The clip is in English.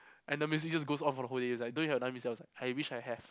and the music just goes off for the whole day it's like don't even have I wish I have